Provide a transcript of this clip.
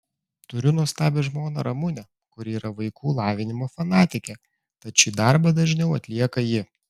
turiu nuostabią žmoną ramunę kuri yra vaikų lavinimo fanatikė tad šį darbą dažniau atlieka ji